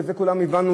ואת זה כולנו הבנו,